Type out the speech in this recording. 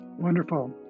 Wonderful